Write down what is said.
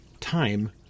Time